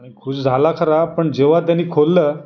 आणि खूश झाला खरा पण जेव्हा त्यानी खोललं